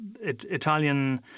Italian